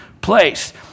place